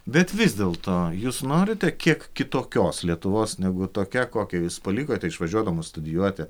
bet vis dėlto jūs norite kiek kitokios lietuvos negu tokia kokią jūs palikote išvažiuodamos studijuoti